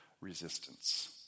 resistance